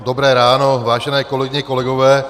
Dobré ráno, vážené kolegyně, kolegové.